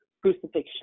crucifixion